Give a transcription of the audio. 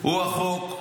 הוא החוק.